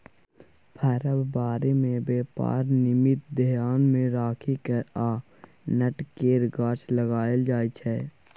फरक बारी मे बेपार निमित्त धेआन मे राखि फर आ नट केर गाछ लगाएल जाइ छै